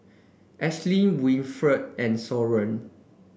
Ashlie Winnifred and Soren